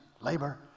labor